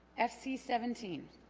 fc seventeen